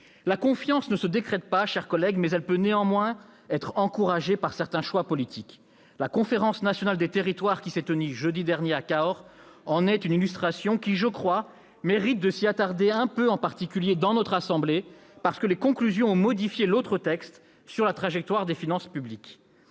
La confiance ne se décrète pas, mes chers collègues, mais elle peut néanmoins être encouragée par certains choix politiques. La Conférence nationale des territoires, qui s'est tenue jeudi dernier à Cahors, en est une illustration. Elle mérite que l'on s'y attarde un peu, en particulier au sein de notre assemblée, parce que ses conclusions ont modifié l'autre texte, celui relatif à la trajectoire des finances publiques.